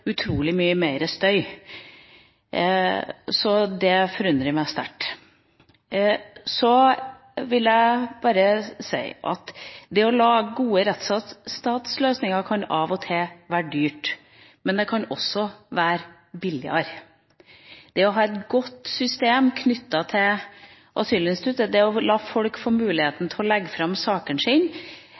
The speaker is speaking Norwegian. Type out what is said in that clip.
utrolig mye mer støy. Det forundrer meg sterkt. Så vil jeg bare si at det å lage gode rettsstatsløsninger av og til kan være dyrt, men det kan også være billigere. Det å ha et godt system knyttet til asylinstituttet, det å la folk få muligheten til å legge fram